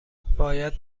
باید